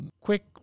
quick